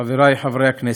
חברי חברי הכנסת,